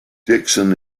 dixon